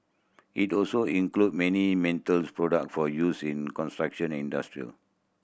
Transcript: it also include many metals product for use in construction and industrial